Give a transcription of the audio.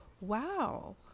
wow